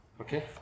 Okay